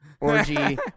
orgy